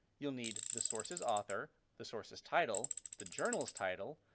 you'll need the source's author, the source's title, the journal's title,